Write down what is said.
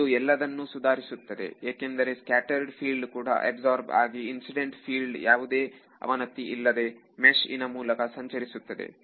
ಇದು ಎಲ್ಲದನ್ನೂ ಸುಧಾರಿಸುತ್ತದೆ ಏಕೆಂದರೆ ಸ್ಕ್ಯಾಟರೆಡ್ ಫೀಲ್ಡ್ ಕೂಡ ಅಬ್ಸರ್ಬ್ ಆಗಿ ಇನ್ಸಿಡೆಂಟ್ ಫೀಲ್ಡ್ ಯಾವುದೇ ಅವನತಿ ಇಲ್ಲದೆ ಮೆಷ್ಇನ ಮೂಲಕ ಸಂಚರಿಸುತ್ತದೆ